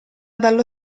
dallo